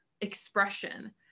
expression